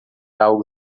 algo